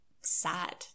sad